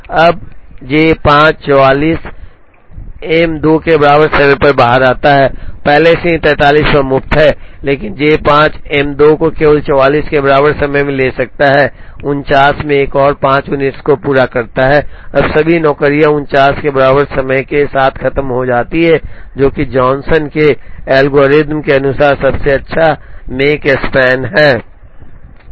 और अब J 5 44 M 2 के बराबर समय पर बाहर आता है पहले से ही 43 पर मुफ्त है लेकिन J 5 M 2 को केवल 44 के बराबर समय में ले सकता है 49 में एक और 5 यूनिट्स को पूरा करता है और अब सभी नौकरियां 49 के बराबर समय के साथ खत्म हो जाती हैं जो कि जॉनसन के एल्गोरिथम के अनुसार सबसे अच्छा Makespan है